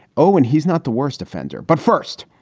oh, and he's not the worst offender. but first,